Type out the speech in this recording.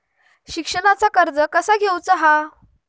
शिक्षणाचा कर्ज कसा घेऊचा हा?